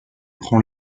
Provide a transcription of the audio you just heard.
prend